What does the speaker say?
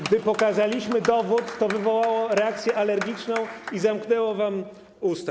Gdy pokazaliśmy dowód, to wywołało to reakcję alergiczną i zamknęło wam usta.